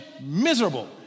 miserable